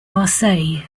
marseille